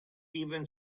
even